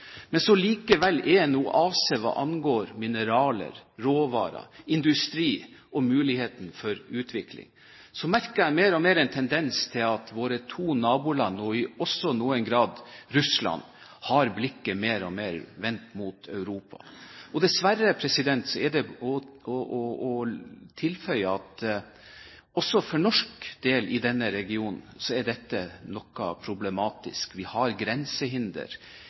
likevel en oase hva angår mineraler, råvarer, industri og muligheten for utvikling. Så merker jeg mer og mer en tendens til at våre to naboland, og også i noen grad Russland, har blikket mer og mer vendt mot Europa. Og dessverre er det å tilføye at også for norsk del i denne regionen er dette noe problematisk. Vi har et grensehinder.